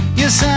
yes